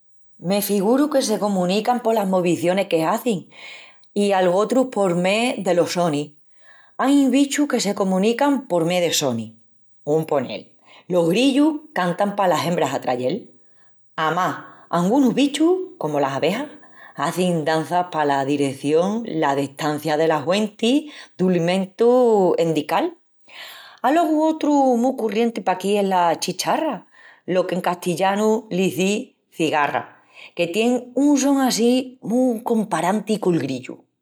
Me figuru que se comunican polas movicionis que hazin i algotrus por mé delos sonis. Ain bichus que se comunican por mé de sonis; un ponel, los grillus cantan palas hembras atrayel. Amás, angunus bichus, comu las abejas, hazin danças pala direción la destancia delas huentis d'alimentu endical. Alogu otru mu corrienti paquí es la chicharra, lo qu'en castillanu l'izís cigarra, que tien un son assín mu comparanti col grillu.